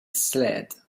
sled